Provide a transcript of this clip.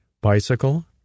bicycle